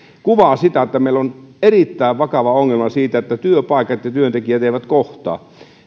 kuvaa sitä että meillä on erittäin vakava ongelma siinä että työpaikat ja työntekijät eivät kohtaa